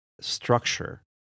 structure